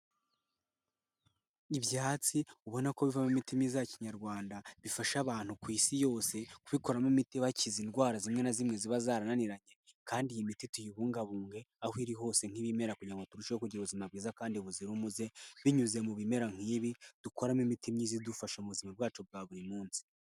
Ibyatsi ubona ko bivamo imiti myiza ya Kinyarwanda bifasha abantu ku isi yose, kubikoramo imiti ibakiza indwara zimwe na zimwe ziba zarananiranye, kandi iyi miti tuyibungabunge, aho iri hose nk'ibimera kugira ngo turusheho kugira ubuzima bwiza kandi buzira umuze binyuze mu bimera nk'ibi dukoramo imiti myiza idufasha mu buzima bwacu bwa buri munsi.